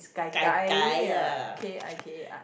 is gai gai uh K I K I